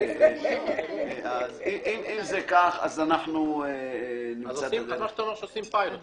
אתה אומר שעושים פיילוט,